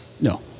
No